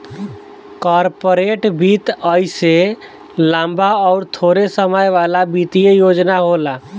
corporate वित्त अइसे लम्बा अउर थोड़े समय वाला वित्तीय योजना होला